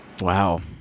wow